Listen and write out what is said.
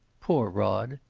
poor rod!